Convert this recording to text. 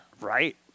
right